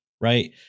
Right